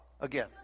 again